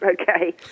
Okay